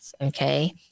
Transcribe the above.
Okay